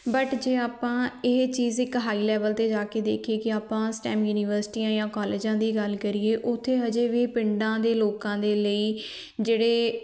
but ਜੇ ਆਪਾਂ ਇਹ ਚੀਜ਼ ਇੱਕ ਹਾਈ ਲੈਵਲ 'ਤੇ ਜਾ ਕੇ ਦੇਖੀਏ ਕਿ ਆਪਾਂ ਸਟੈਮ ਯੂਨੀਵਰਸਿਟੀਆਂ ਜਾਂ ਕੋਲਜਾਂ ਦੀ ਗੱਲ ਕਰੀਏ ਉੱਥੇ ਹਜੇ ਵੀ ਪਿੰਡਾਂ ਦੇ ਲੋਕਾਂ ਦੇ ਲਈ ਜਿਹੜੇ